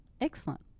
Excellent